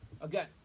Again